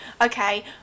okay